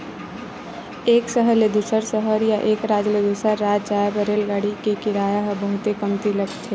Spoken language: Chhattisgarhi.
एक सहर ले दूसर सहर या एक राज ले दूसर राज जाए बर रेलगाड़ी के किराया ह बहुते कमती लगथे